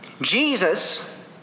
Jesus